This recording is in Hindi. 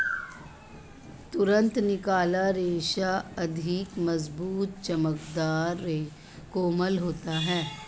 तुरंत निकाला रेशा अधिक मज़बूत, चमकदर, कोमल होता है